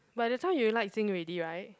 but the time you like Zinc already right